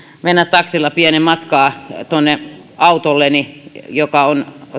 menemään taksilla pienen matkaa tuonne autolleni joka on